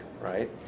right